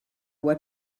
what